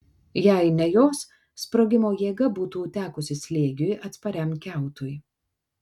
jei ne jos sprogimo jėga būtų tekusi slėgiui atspariam kiautui